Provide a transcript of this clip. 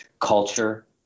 culture